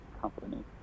company